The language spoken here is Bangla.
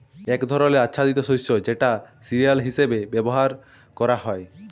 এক ধরলের আচ্ছাদিত শস্য যেটা সিরিয়াল হিসেবে ব্যবহার ক্যরা হ্যয়